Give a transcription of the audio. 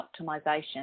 optimisation